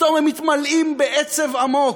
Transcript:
פתאום הם מתמלאים בעצב עמוק.